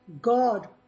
God